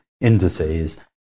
indices